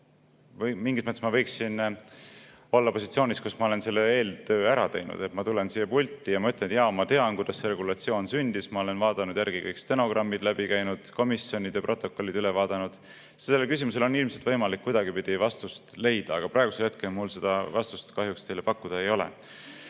mingis mõttes ma võiksin ju olla positsioonis, kus ma olen selle eeltöö ära teinud, et ma tulen siia pulti ja ütlen: jaa, ma tean, kuidas see regulatsioon sündis, ma olen vaadanud kõik järele, stenogrammid läbi käinud, komisjonide protokollid üle vaadanud. Sellele küsimusele on ilmselt võimalik kuidagipidi vastust leida, aga praegusel hetkel mul seda vastust teile kahjuks pakkuda ei ole.